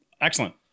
Excellent